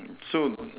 so